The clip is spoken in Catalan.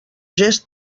gest